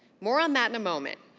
more on that in a moment.